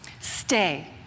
Stay